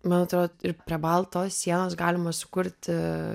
man atrodo ir prie baltos sienos galima sukurti